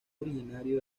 originario